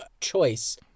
choice